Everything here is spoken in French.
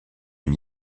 une